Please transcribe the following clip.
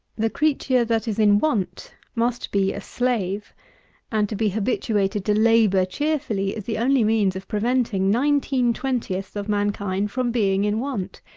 the creature that is in want must be a slave and to be habituated to labour cheerfully is the only means of preventing nineteen-twentieths of mankind from being in want.